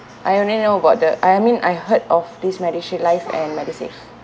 I only know about the I mean I heard of these MediShield life and Medisave